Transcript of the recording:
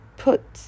put